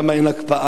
שם אין הקפאה,